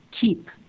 keep